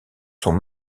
sont